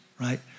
right